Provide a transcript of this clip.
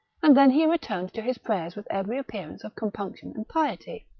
and then he returned to his prayers with every appearance of compunction and piety.